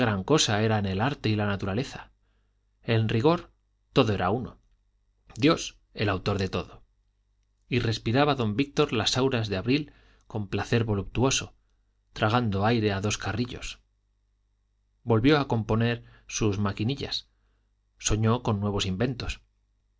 cosa eran el arte y la naturaleza en rigor todo era uno dios el autor de todo y respiraba don víctor las auras de abril con placer voluptuoso tragando aire a dos carrillos volvió a componer sus maquinillas soñó con nuevos inventos